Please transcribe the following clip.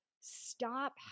stop